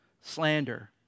slander